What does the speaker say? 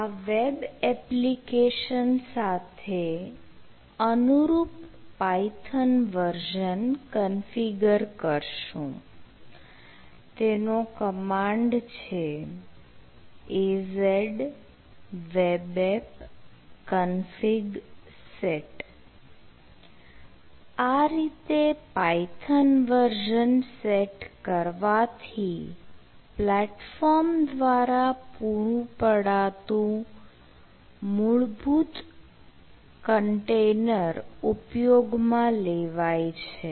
આ web application સાથે અનુરૂપ પાયથન વર્ઝન કન્ફિગર કરશું તેનો કમાન્ડ છે az webapp config set આ રીતે પાયથન વર્ઝન સેટ કરવાથી પ્લેટફોર્મ દ્વારા પૂરું પડાતું મૂળભૂત કન્ટેનર ઉપયોગમાં લેવાય છે